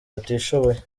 batishoboye